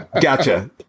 Gotcha